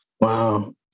Wow